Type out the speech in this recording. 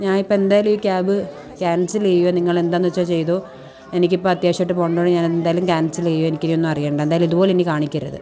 ഞാൻ ഇപ്പോൾ എന്തായാലും ഈ ക്യാബ് ക്യാൻസൽ ചെയ്യുവാണ് നിങ്ങൾ എന്താണെന്ന് വെച്ചാൽ ചെയ്തോ എനിക്കിപ്പോൾ അത്യാവശ്യമായിട്ട് പോവുകയായോണ്ട് ഞാൻ എന്തായാലും ക്യാൻസൽ ചെയ്യുവാണ് എനിക്ക് ഇനി ഒന്നും അറിയേണ്ട എന്തായാലും ഇതുപോലെ ഇനി കാണിക്കരുത്